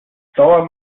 sauer